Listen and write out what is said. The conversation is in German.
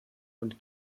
und